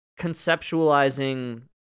conceptualizing